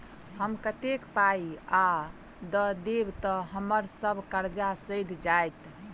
हम कतेक पाई आ दऽ देब तऽ हम्मर सब कर्जा सैध जाइत?